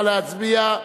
אין נמנעים.